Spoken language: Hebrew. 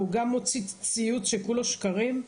והוא גם מוציא ציוץ שכולו שקרים?